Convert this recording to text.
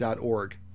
.org